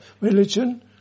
religion